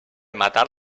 matar